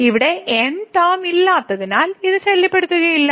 ഇവിടെ n term ഇല്ലാത്തതിനാൽ ഇത് ശല്യപ്പെടുത്തുകയില്ല